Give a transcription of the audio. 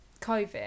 COVID